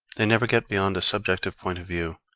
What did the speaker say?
they never get beyond a subjective point of view.